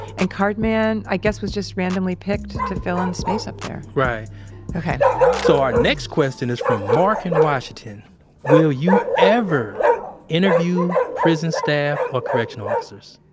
and card man, i guess, was just randomly picked to fill in space up there right ok so, our next question is from mark in washington will you ever interview prison staff or correctional officers?